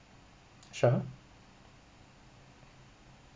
sure